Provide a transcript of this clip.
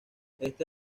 este